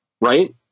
right